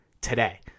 today